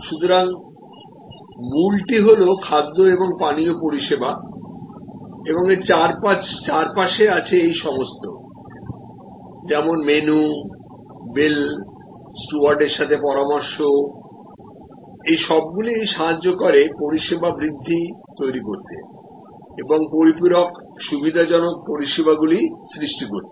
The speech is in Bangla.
সুতরাং মূলটি হল খাদ্য এবং পানীয় পরিষেবা এবং এর চারপাশে আছে এই সমস্ত যেমন মেনু বিল স্টুয়ার্ডের সাথে পরামর্শ এই সবগুলি সাহায্য করে পরিসেবা বৃদ্ধি তৈরী করতে এবং পরিপূরক সুবিধাজনক পরিষেবাগুলি সৃষ্টি করতে